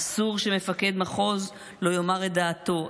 אסור שמפקד מחוז לא יאמר את דעתו.